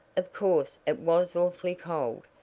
of course, it was awfully cold,